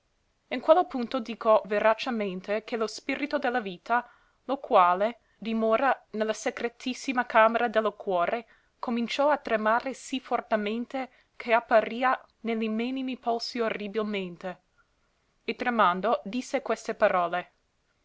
in quello punto dico veracemente che lo spirito de la vita lo quale dimora ne la secretissima camera de lo cuore cominciò a tremare sì fortemente che apparia ne li mènimi polsi orribilmente e tremando disse queste parole